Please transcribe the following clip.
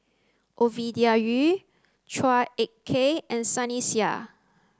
Ovidia Yu Chua Ek Kay and Sunny Sia